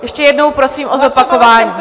Ještě jednou prosím o zopakování.